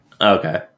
okay